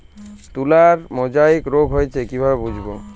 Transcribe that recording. তুলার মোজাইক রোগ হয়েছে কিভাবে বুঝবো?